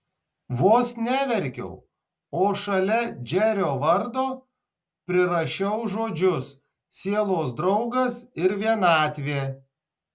vos neverkiau o šalia džerio vardo prirašiau žodžius sielos draugas ir vienatvė